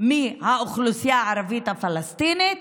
מהאוכלוסייה הערבית הפלסטינית,